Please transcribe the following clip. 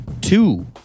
two